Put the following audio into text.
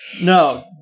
No